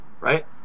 Right